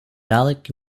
dalek